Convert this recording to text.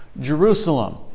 Jerusalem